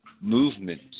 movement